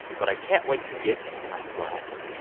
but i can't wait to get inside the glass.